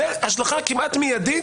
זו השלכה כמעט מידית.